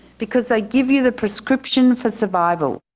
because they give you the prescription for survival!